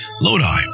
Lodi